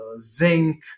zinc